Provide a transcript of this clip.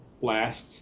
blasts